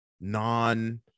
non